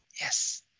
Yes